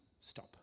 stop